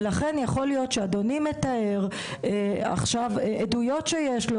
לכן יכול להיות שאדוני מתאר עכשיו עדויות שיש לו,